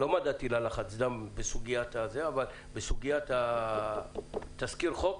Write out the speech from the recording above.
לא מדדתי לה לחץ דם בסוגיית תזכיר החוק,